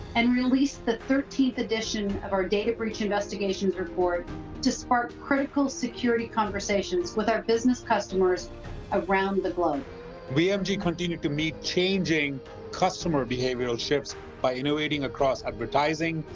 and released the thirteenth edition of our data breach investigations report that sparked critical security conversations with our business customers around the globe we have continued to meet changing customer behavioral shifts by innovating across advertising,